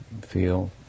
feel